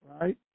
right